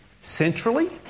centrally